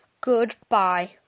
Goodbye